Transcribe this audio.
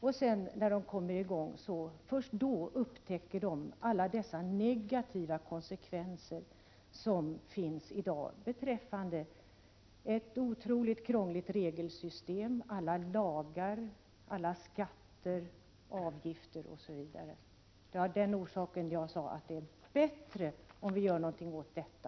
Först när de kommit i gång upptäcker de alla de negativa konsekvenserna, i form av ett otroligt krångligt regelsystem, lagar, skatter och avgifter, osv. Det var av den orsaken jag sade att det är bättre om vi gör någonting åt detta.